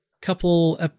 couple